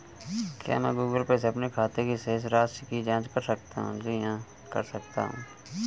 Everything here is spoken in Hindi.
क्या मैं गूगल पे से अपने खाते की शेष राशि की जाँच कर सकता हूँ?